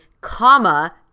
comma